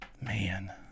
Man